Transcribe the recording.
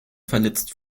verletzt